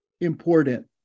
important